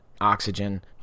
Oxygen